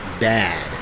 bad